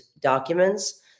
documents